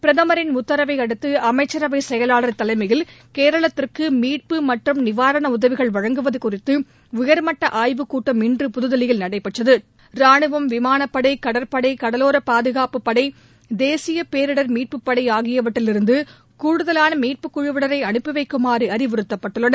பிரதமரின் உத்தரவை அடுத்து அமைச்சரவை செயலாளர் தலைமயில் கேரளத்திற்கு மீட்பு மற்றம் நிவாரண உதவிகள் வழங்குவது குறித்து உயர்மட்ட ஆய்வு கூட்டம் இன்று புதுதில்லியில் நடைபெற்றது ரானுவம் விமானப்படை கடற்படை கடலோர பாதுகாப்பு படை தேசிய பேரிடர் மீட்புப்படை ஆகியவற்றிலிருந்து கூடுதவான மீட்புக்குழுவினரை அனுப்பிவைக்குமாறு அறிவுறுத்தப்பட்டுள்ளனர்